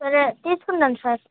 సరే తీసుకుందాం సార్